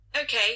Okay